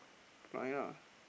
try ah